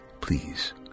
Please